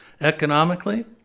Economically